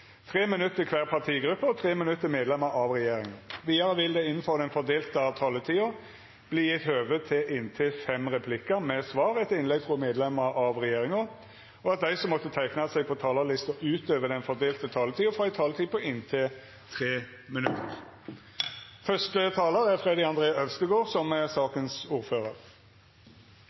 minutt til kvar partigruppe og 3 minutt til medlemer av regjeringa. Vidare vil det – innanfor den fordelte taletida – verta gjeve høve til inntil seks replikkar med svar etter innlegg frå medlemer av regjeringa, og dei som måtte teikna seg på talarlista utover den fordelte taletida, får ei taletid på inntil 3 minutt.